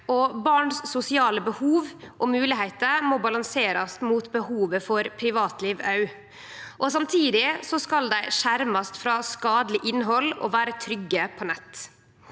barns sosiale behov og moglegheiter må òg balanserast mot behovet for privatliv. Samtidig skal dei skjermast frå skadeleg innhald og vere trygge på nett.